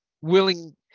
willing